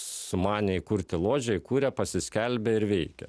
sumanė įkurti ložę įkūrė pasiskelbė ir veikia